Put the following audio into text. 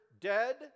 dead